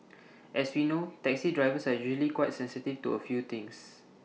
as we know taxi drivers are usually quite sensitive to A few things